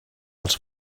els